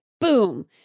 boom